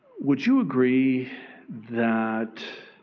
would you agree that